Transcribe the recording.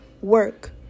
work